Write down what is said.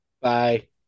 Bye